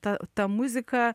ta ta muzika